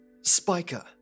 Spiker